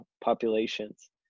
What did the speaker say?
populations